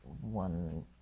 one